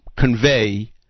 convey